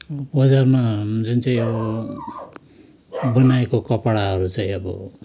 बजारमा जुन चाहिँ यो बनाएको कपडाहरू चाहिँ अब